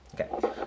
Okay